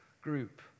group